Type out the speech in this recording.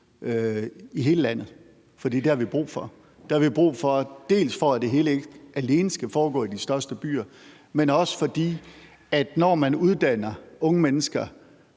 i hele landet, for det har vi brug for. Det har vi brug for, dels for at det hele ikke alene skal foregå i de største byer, dels fordi når man uddanner unge mennesker